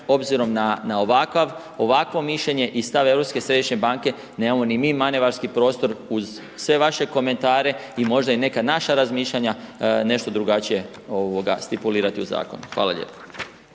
obzirom na ovakvo mišljenje i stav Europske središnje banke, nemamo ni mi manevarski prostor uz sve vaše komentare i možda i neka naša razmišljanja, nešto drukčije stipulirati u zakonu. Hvala lijepo.